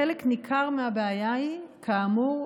חלק ניכר מהבעיה היא כאמור,